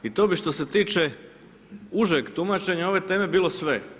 I to bi što se tiče užeg tumačenja ove teme bilo sve.